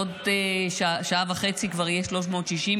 עוד שעה וחצי כבר יהיה 360 ימים,